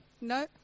No